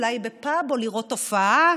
אולי בפאב או לראות הופעה.